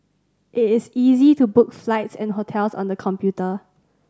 it is easy to book flights and hotels on the computer